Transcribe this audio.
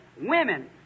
women